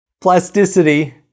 plasticity